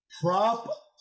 Prop